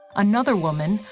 another woman,